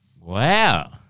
Wow